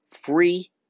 free